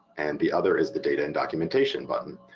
and the other is the data and documentation button.